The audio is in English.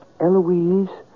Eloise